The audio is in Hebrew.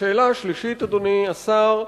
השאלה השלישית, אדוני השר,